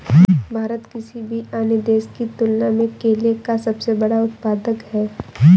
भारत किसी भी अन्य देश की तुलना में केले का सबसे बड़ा उत्पादक है